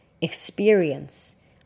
experience